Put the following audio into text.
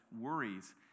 worries